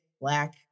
black